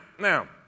now